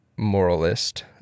moralist